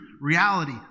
reality